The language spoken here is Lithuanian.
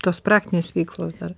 tos praktinės veiklos dar